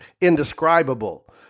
indescribable